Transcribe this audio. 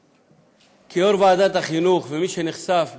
כיושב-ראש ועדת החינוך וכמי שנחשף באמת,